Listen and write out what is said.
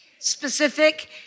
specific